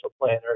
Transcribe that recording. planner